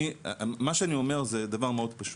אני, מה שאני אומר זה דבר מאוד פשוט.